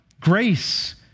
grace